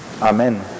Amen